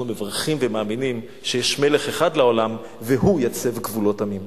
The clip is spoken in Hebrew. אנחנו מברכים ומאמינים שיש מלך אחד לעולם והוא יצב גבולות עמים.